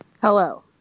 Hello